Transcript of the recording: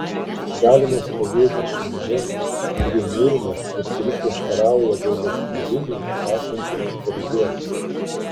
galima stovėti su minia kuri murma ir kuri prieštarauja gailestingumui esantiems paribiuose